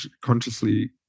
consciously